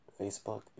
Facebook